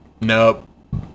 Nope